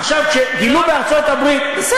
עכשיו כשגילו בארצות-הברית, זה לא נכון.